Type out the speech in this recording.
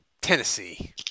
Tennessee